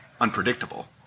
unpredictable